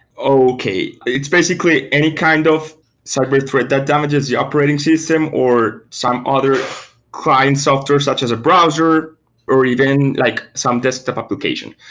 okay. it's basically any kind of cyber threat that damages the operating system or some other client software such as a browser or even like some desktop application.